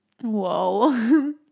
Whoa